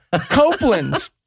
Copeland